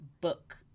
book